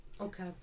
Okay